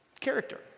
Character